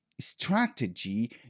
strategy